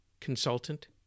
consultant